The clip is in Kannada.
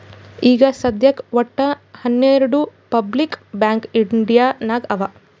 ಈಗ ಸದ್ಯಾಕ್ ವಟ್ಟ ಹನೆರ್ಡು ಪಬ್ಲಿಕ್ ಬ್ಯಾಂಕ್ ಇಂಡಿಯಾ ನಾಗ್ ಅವಾ